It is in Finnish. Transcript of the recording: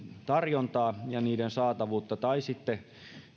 tarjontaa ja niiden saatavuutta tai sitten